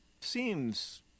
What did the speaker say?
seems